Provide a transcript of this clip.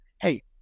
hey